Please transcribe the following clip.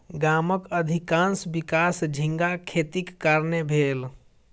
गामक अधिकाँश विकास झींगा खेतीक कारणेँ भेल